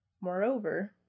Moreover